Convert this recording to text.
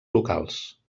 locals